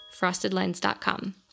frostedlens.com